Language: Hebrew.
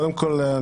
קודם כל,